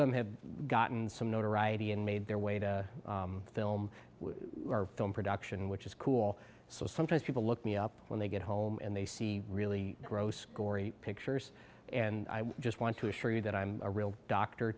them have gotten some notoriety and made their way to film or film production which is cool so sometimes people look me up when they get home and they see really gross gory pictures and i just want to assure you that i'm a real doctor